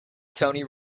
tony